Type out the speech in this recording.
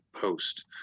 post